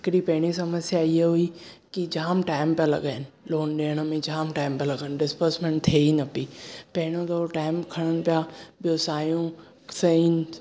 हिकड़ी पहिरीं समस्या हीअ हुई कि जाम टाइम पिया लॻाइनि लोन ॾियण में जाम टाइम पिया लॻाइनि डिसबस्मेंट थे ई न पई पहिरियों दफ़ो टाइम खणनि पिया ॿियो सायूं साइन